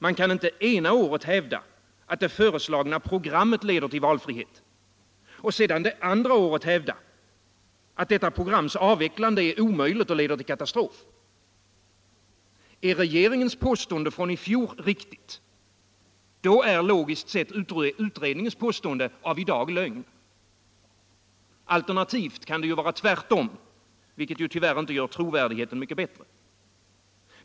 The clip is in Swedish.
Man kan inte ena året hävda att det föreslagna programmet leder till valfrihet och andra året hävda att dess avvecklande är omöjligt och leder till katastrof. Är regeringens påstående från i fjor riktigt — då är utredningens påstående i dag lögn. Alternativt kan det vara tvärtom, vilket tyvärr inte gör trovärdigheten mycket bättre.